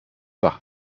par